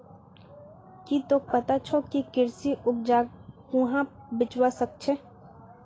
की तोक पता छोक के कृषि उपजक कुहाँ बेचवा स ख छ